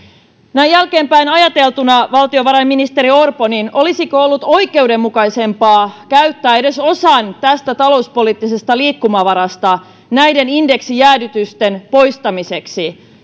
näin jälkeenpäin ajateltuna valtiovarainministeri orpo olisiko ollut oikeudenmukaisempaa käyttää edes osa tästä talouspoliittisesta liikkumavarasta näiden indeksijäädytysten poistamiseen